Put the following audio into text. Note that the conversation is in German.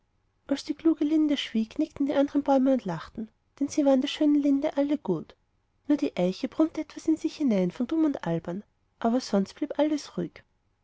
als die kluge linde schwieg nickten die andern bäume und lachten denn sie waren der schönen linde alle gut nur die eiche brummte etwas in sich hinein von dumm und albern aber sonst blieb alles ruhig